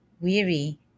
weary